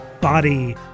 body